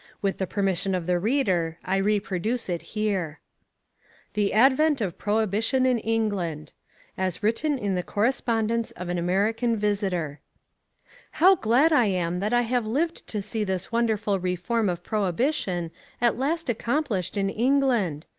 with the permission of the reader i reproduce it here the advent of prohibition in england as written in the correspondence of an american visitor how glad i am that i have lived to see this wonderful reform of prohibition at last accomplished in england.